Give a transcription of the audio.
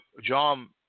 john